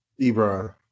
Ebron